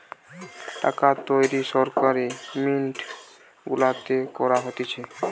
টাকা তৈরী সরকারি মিন্ট গুলাতে করা হতিছে